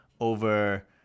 over